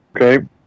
Okay